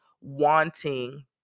wanting